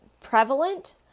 prevalent